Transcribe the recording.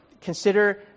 Consider